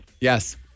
Yes